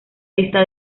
lista